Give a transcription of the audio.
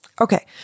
Okay